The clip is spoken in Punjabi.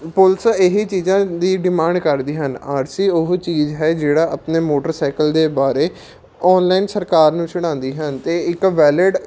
ਪੁਲਿਸ ਇਹੀ ਚੀਜ਼ਾਂ ਦੀ ਡਿਮਾਂਡ ਕਰਦੀ ਹਨ ਆਰ ਸੀ ਉਹ ਚੀਜ਼ ਹੈ ਜਿਹੜਾ ਆਪਣੇ ਮੋਟਰਸਾਈਕਲ ਦੇ ਬਾਰੇ ਔਨਲਾਈਨ ਸਰਕਾਰ ਨੂੰ ਛੜਾਉਂਦੀ ਹਨ ਅਤੇ ਇੱਕ ਵੈਲਿਡ